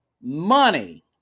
money